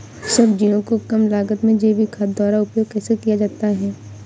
सब्जियों को कम लागत में जैविक खाद द्वारा उपयोग कैसे किया जाता है?